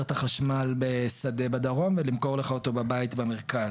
את החשמל בשדה בדרום ולמכור לך אותו בבית במרכז,